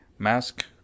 mask